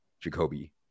Jacoby